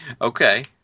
Okay